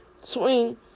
swing